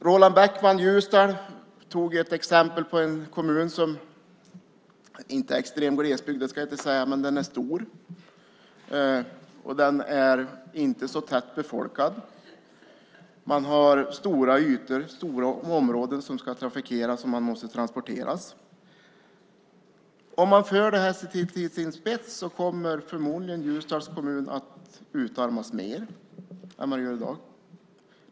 Roland Bäckman, Ljusdal, tog ett exempel på en kommun som inte är extrem glesbygd - det ska jag inte säga - men den är stor, och den är inte så tätt befolkad. Man har stora ytor, stora områden, som ska trafikeras om man måste transporteras. Om man för det här till sin spets kommer förmodligen Ljusdals kommun att utarmas mer än i dag.